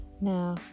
Now